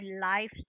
life